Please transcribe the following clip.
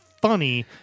funny